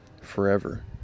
forever